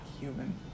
human